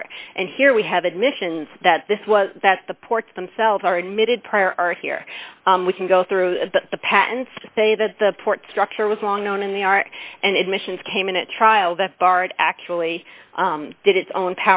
art and here we have admission that this was that the ports themselves are admitted prior art here we can go through the patents say that the port structure was long known in the art and admissions came in a trial that far it actually did its own